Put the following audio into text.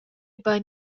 bein